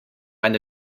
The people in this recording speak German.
eine